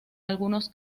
algunos